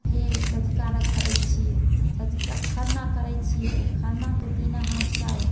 फेर सौंझुका अर्घ्य करै छी सौंझुका खरना करै छी जे खरनाके दिना हमसब